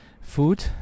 food